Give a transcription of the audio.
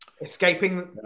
Escaping